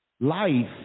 life